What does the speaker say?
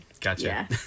Gotcha